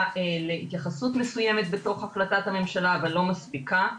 להתייחסות מסוימת בתוך החלטת הממשלה אבל לא מספיקה.